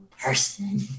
person